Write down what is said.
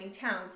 towns